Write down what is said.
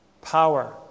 power